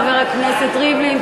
חבר הכנסת ריבלין.